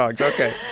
Okay